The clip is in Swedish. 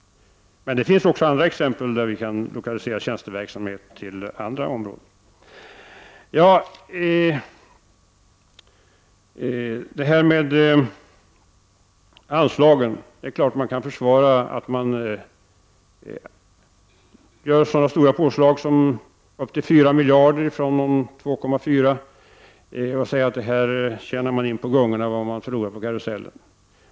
Men det finns även andra exempel där tjänsteverksamheten kan lokaliseras till andra områden. Beträffande anslagen är det klart att man kan försvara så stora påslag som upp till 4 miljarder jämfört med de 2,4 miljarderna och säga att man tjänar in på gungorna vad man förlorar på karusellen.